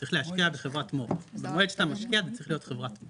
צריך להשקיע בחברה במועד שאתה משקיע זה צריך להיות חברת מו"פ.